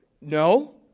No